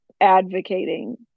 advocating